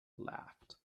laughed